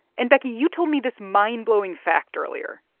and, becky, you told me this mind-blowing fact earlier.